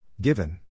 Given